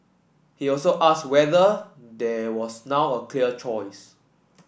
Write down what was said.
he also asked whether there was now a clear choice